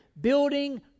Building